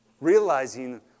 Realizing